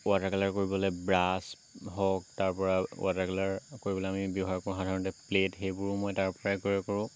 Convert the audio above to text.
water colour কৰিবলৈ brush হওক তাৰপৰা ৱাটাৰ কালাৰ কৰিবলৈ আমি ব্য়ৱহাৰ কৰোঁ সাধাৰণতে প্লেট সেইবোৰো মই তাৰ পৰাই ক্ৰয় কৰোঁ